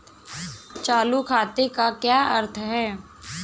चालू खाते का क्या अर्थ है?